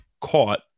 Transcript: caught